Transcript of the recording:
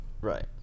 Right